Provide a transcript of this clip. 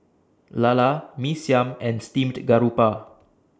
Lala Mee Siam and Steamed Garoupa